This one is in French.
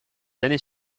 années